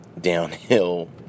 downhill